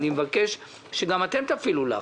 אני מבקש שגם אתם תפעילו לחץ.